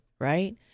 right